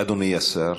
אדוני השר,